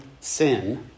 sin